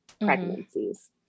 pregnancies